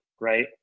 right